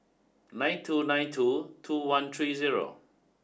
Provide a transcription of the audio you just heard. nine two nine two two one three zero